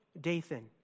Dathan